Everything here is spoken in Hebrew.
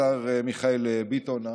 השר מיכאל ביטון,